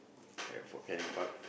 at Fort-Canning-Park